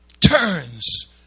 turns